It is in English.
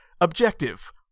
objective